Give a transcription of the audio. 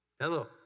Hello